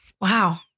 wow